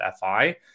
FI